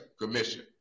Commission